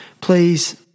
please